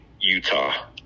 utah